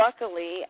luckily